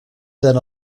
than